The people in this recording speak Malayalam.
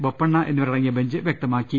ബോപ്പണ്ണ എന്നിവരടങ്ങിയ ബെഞ്ച് വ്യക്തമാക്കി